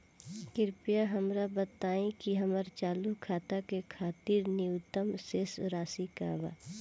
कृपया हमरा बताइ कि हमार चालू खाता के खातिर न्यूनतम शेष राशि का बा